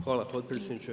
Hvala potpredsjedniče.